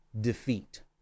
Defeat